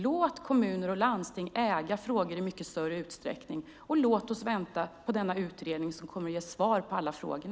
Låt kommuner och landsting äga frågor i större utsträckning, och låt oss vänta på denna utredning som kommer att ge svar på alla frågor.